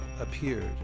appeared